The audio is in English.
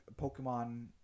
Pokemon